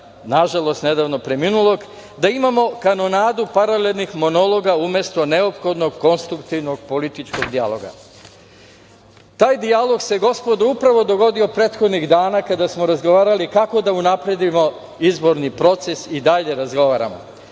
nažalost nedavno preminulog, da imamo kanonadu paralelnih monologa umesto neophodnog konstruktivnog političkog dijaloga. Taj dijalog se, gospodo, upravo dogodio prethodnih dana, kada smo razgovarali kako da unapredimo izborni proces i dalje razgovaramo.